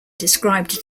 described